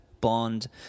Bond